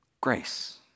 Grace